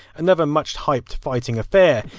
another much hyped fighting affair.